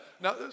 Now